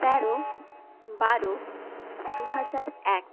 তেরো বারো দুহাজার এক